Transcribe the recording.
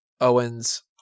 Owens